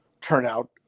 turnout